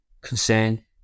concern